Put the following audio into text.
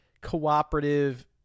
cooperative